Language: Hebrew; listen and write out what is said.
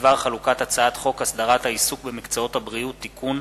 בדבר חלוקת הצעת חוק הסדרת העיסוק במקצועות הבריאות (תיקון)